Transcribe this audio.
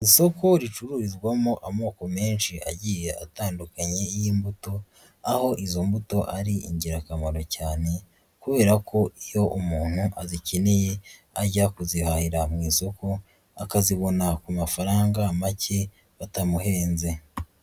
Isoko ricururizwamo amoko menshi agiye atandukanye y'imbuto, aho izo mbuto ari ingirakamaro cyane, kubera ko iyo umuntu azikeneye, ajya kuzihahira mu isoko, akazibona ku mafaranga make, batamuhenze.